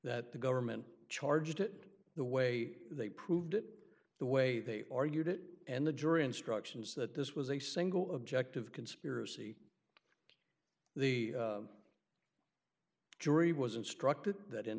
that the government charged it the way they proved it the way they argued it and the jury instructions that this was a single objective conspiracy the jury was instructed that in